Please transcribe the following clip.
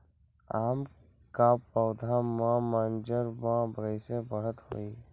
आम क पौधा म मजर म कैसे बढ़त होई?